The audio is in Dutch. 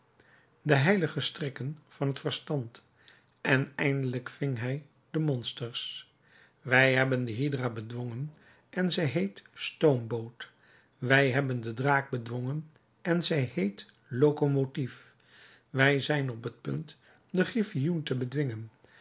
de heilige strikken van het verstand en eindelijk ving hij de monsters wij hebben de hydra bedwongen en zij heet stoomboot wij hebben den draak bedwongen en hij heet locomotief wij zijn op het punt den griffoen te bedwingen